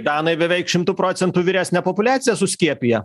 danai beveik šimtu procentų vyresnę populiaciją suskiepiję